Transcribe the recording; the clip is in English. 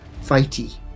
fighty